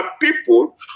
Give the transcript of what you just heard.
people